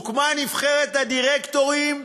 הוקמה נבחרת הדירקטורים,